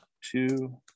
two